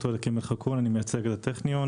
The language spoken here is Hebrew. אני מייצג את הטכניון,